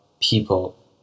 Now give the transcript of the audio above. people